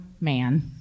man